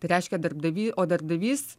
tai reiškia darbdavy o darbdavys